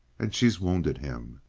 and she's wounded him